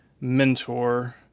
mentor